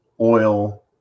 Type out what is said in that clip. oil